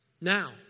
Now